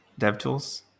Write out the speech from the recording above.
DevTools